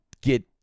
get